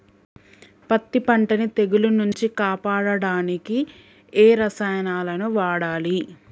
పత్తి పంటని తెగుల నుంచి కాపాడడానికి ఏ రసాయనాలను వాడాలి?